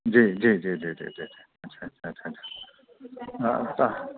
जी जी जी जी जी जी जी अच्छा अच्छा अच्छा अच्छा हा त